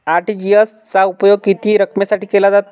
RTGS चा उपयोग किती रकमेसाठी केला जातो?